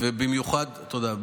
תודה.